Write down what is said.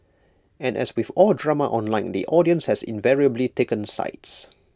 and as with all drama online the audience has invariably taken sides